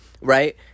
Right